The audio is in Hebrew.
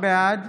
בעד